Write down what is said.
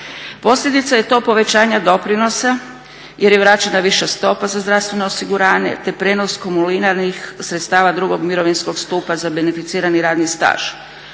Posljedica je to povećanja doprinosa jer je vraćena viša stopa za zdravstveno osiguranje, te prijenos kumuliranih sredstava drugog mirovinskog stupa za benificirani radni staž.